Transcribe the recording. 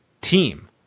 team